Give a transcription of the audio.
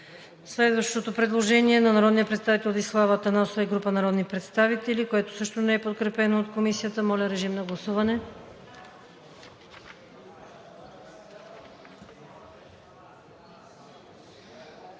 Следващото предложение е на народния представител Десислава Атанасова и група народни представители, което също не е подкрепено от Комисията. Моля, режим на гласуване.